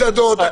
מסעדות.